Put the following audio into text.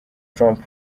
trump